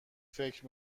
فکر